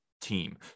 team